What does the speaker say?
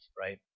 right